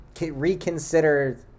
reconsider